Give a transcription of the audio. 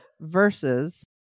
versus